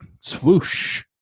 Swoosh